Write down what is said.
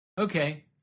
Okay